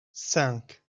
cinq